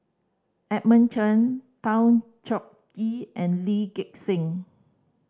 Edmund Cheng Tan Choh Ee and Lee Gek Seng